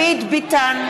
ביטן,